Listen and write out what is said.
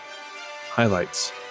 highlights